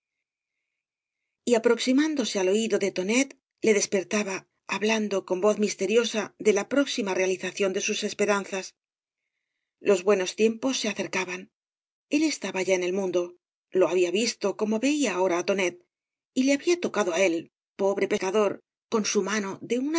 y aproximáodose ai oído de tonet le despertaba hablando con voz mieteriosa de la próxima realización de sus esperanzas los buenos tiempos se acercaban el estaba ya en el mundo lo ha bia visto como veía ahora á tonet y le había tocado á él pobre pecador con su mano de